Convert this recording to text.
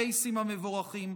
הקייסים המבורכים,